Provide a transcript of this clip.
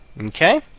Okay